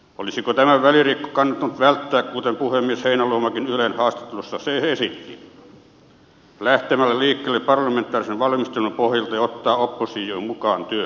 olisiko tämä välirikko kannattanut välttää kuten puhemies heinäluomakin ylen haastattelussa esitti lähtemällä liikkeelle parlamentaarisen valmistelun pohjalta ja ottamalla oppositio mukaan työhön